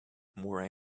more